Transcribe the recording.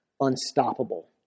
unstoppable